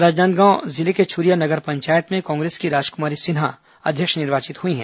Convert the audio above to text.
राजनांदगांव जिले के छुरिया नगर पंचायत में कांग्रेस की राजकुमारी सिन्हा अध्यक्ष निर्वाचित हुई हैं